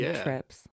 trips